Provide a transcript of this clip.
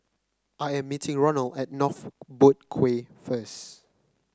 I am meeting Ronal at North Boat Quay first